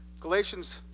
Galatians